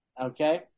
okay